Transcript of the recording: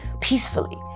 peacefully